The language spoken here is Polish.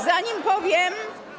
Zanim powiem.